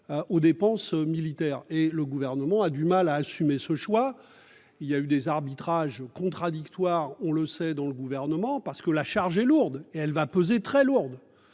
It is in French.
Aux dépenses militaires et le gouvernement a du mal à assumer ce choix. Il y a eu des arbitrages contradictoires, on le sait dans le gouvernement parce que la charge est lourde et elle va peser très lourde,